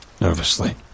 nervously